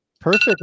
Perfect